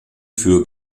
für